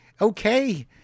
okay